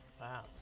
Wow